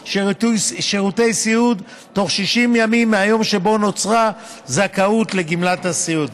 שירותי סיעוד תוך 60 ימים מהיום שבו נוצרה זכאות לגמלת הסיעוד.